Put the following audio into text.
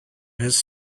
his